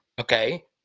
okay